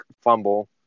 fumble